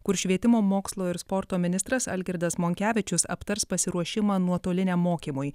kur švietimo mokslo ir sporto ministras algirdas monkevičius aptars pasiruošimą nuotoliniam mokymui